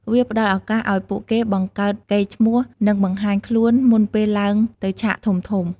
វាផ្តល់ឱកាសឲ្យពួកគេបង្កើតកេរ្តិ៍ឈ្មោះ និងបង្ហាញខ្លួន មុនពេលឡើងទៅឆាកធំៗ។